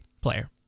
player